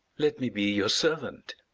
let me be your servant.